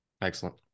excellent